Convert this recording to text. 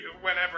whenever